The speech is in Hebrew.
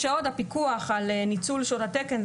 הפיקוח על ניצול שעות התקן,